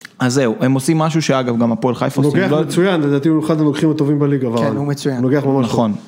אז זהו, הם עושים משהו שאגב גם הפועל חיפה עושים. הוא נוגח מצוין, לדעתי הוא אחד הנוגחים הטובים בליגה. כן, הוא מצוין. הוא נוגח ממש טוב. נכון.